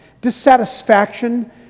dissatisfaction